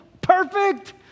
Perfect